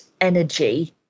energy